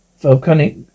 Volcanic